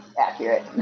accurate